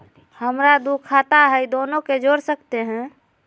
हमरा दू खाता हय, दोनो के जोड़ सकते है?